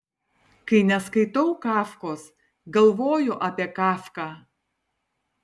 kai neskaitau kafkos galvoju apie kafką